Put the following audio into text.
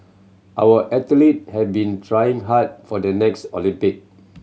our athlete have been trying hard for the next Olympic